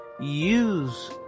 use